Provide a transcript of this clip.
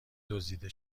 دزدیده